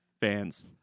Fans